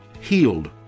healed